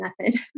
method